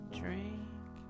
drink